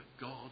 God